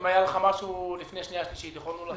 אם היה לך משהו לפני קריאה שנייה ושלישית יכולנו להעביר כעת.